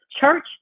church